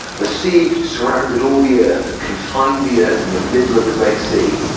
the sea surrounded all the earth and confined the earth in the middle of the great sea.